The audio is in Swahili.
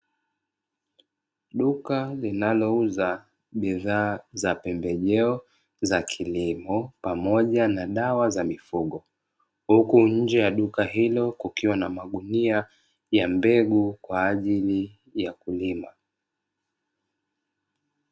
Duka linalouza bidhaa za pembejeo za kilimo pamoja na dawa za mifugo, huku nje ya duka hilo kukiwa na magunia ya mbegu kwa ajili ya kulima.